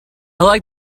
like